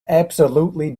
absolutely